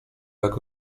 jak